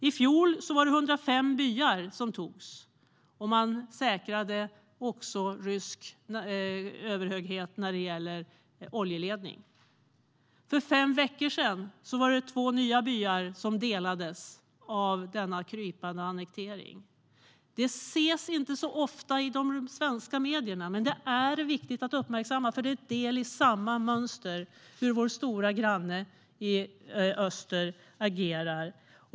I fjol var det 105 byar som togs, och man säkrade rysk överhöghet när det gäller oljeledning. För fem veckor sedan delades två nya byar av denna krypande annektering. Detta ses inte så ofta i de svenska medierna, men det är viktigt att uppmärksamma detta, för det är en del i samma mönster, i hur vår stora granne i öster agerar.